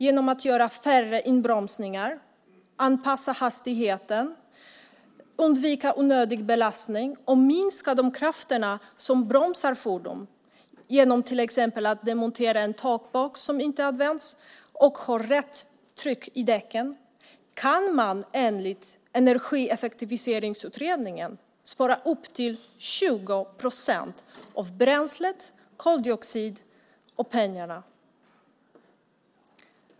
Genom att göra färre inbromsningar, anpassa hastigheten, undvika onödig belastning och minska de krafter som bromsar fordon - till exempel demontera en takbox som inte används och ha rätt tryck i däcken - kan man enligt Energieffektiviseringsutredningen spara upp till 20 procent av bränslet, koldioxiden och pengarna.